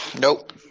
Nope